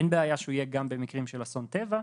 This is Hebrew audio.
תלוי בזה ואין בעיה שהוא יהיה גם במקרים של אסון טבע.